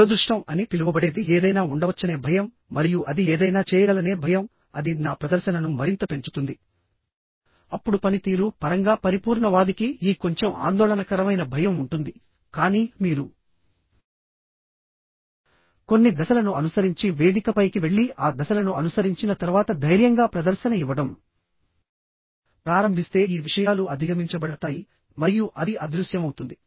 దురదృష్టం అని పిలువబడేది ఏదైనా ఉండవచ్చనే భయం మరియు అది ఏదైనా చేయగలదనే భయంఅది నా ప్రదర్శనను మరింత పెంచుతుంది అప్పుడు పనితీరు పరంగా పరిపూర్ణవాదికి ఈ కొంచెం ఆందోళనకరమైన భయం ఉంటుందికానీ మీరు కొన్ని దశలను అనుసరించి వేదికపైకి వెళ్లి ఆ దశలను అనుసరించిన తర్వాత ధైర్యంగా ప్రదర్శన ఇవ్వడం ప్రారంభిస్తే ఈ విషయాలు అధిగమించబడతాయి మరియు అది అదృశ్యమవుతుంది